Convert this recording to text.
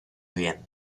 bien